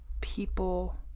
people